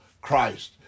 Christ